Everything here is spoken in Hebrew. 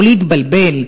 לא להתבלבל,